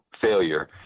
failure